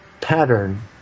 pattern